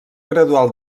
gradual